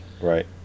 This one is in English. Right